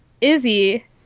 Izzy